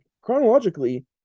chronologically